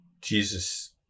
Jesus